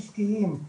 עסקיים,